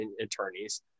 attorneys